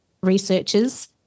researchers